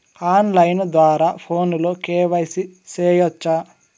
on line ద్వారా ఫోనులో KYC సేయొచ్చా